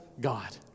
God